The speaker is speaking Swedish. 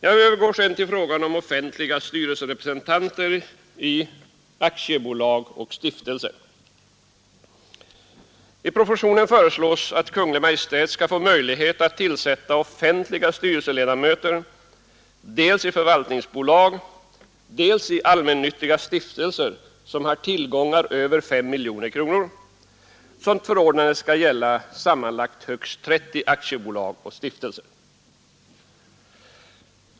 Jag övergår så till frågan om offentliga styrelserepresentanter i aktiebolag och stiftelser I propositionen föreslås att Kungl. Maj:t skall få möjlighet att tillsätta offentliga styrelseledamöter dels i förvaltningsbolag, dels i allmännyttiga stiftelser som har tillgångar över 5 miljoner kronor. Sådana förordnanden skall gälla sammanlagt högst 30 aktiebolag och stiftelser.